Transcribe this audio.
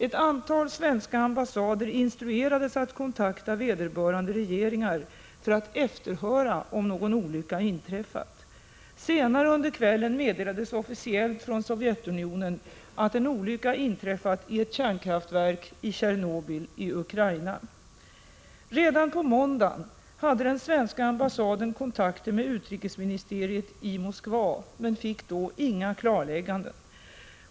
Ett antal svenska ambassader instruerades att kontakta vederbörande regeringar för att efterhöra om någon olycka inträffat. Senare under kvällen meddelades officiellt från Sovjetunionen att en olycka hade inträffat i ett kärnkraftverk i Tjernobyl i Ukraina. Redan på måndagen hade den svenska ambassaden kontakter med utrikesministeriet i Moskva, men fick då inga klarlägganden.